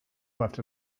left